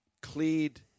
cleared